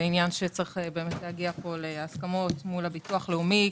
זה עניין שצריך להגיע בו להסכמות עם הביטוח הלאומי.